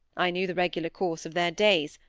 i knew the regular course of their days,